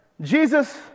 Jesus